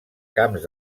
camps